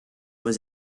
was